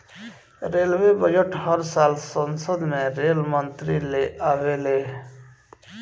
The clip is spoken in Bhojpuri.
रेलवे बजट हर साल संसद में रेल मंत्री ले आवेले ले